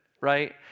right